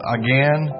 again